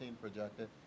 projected